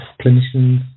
clinicians